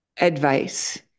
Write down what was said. advice